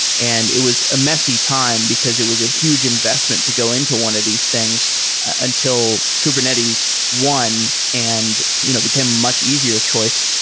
and it was a messy time, because it was a huge investment to go into one of these things until kubernetes won and you know became a much easier choice.